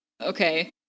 Okay